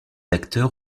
acteurs